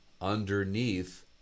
underneath